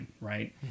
right